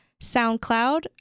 SoundCloud